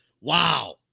Wow